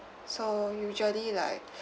so usually like